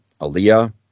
Aaliyah